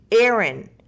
Aaron